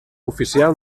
oficial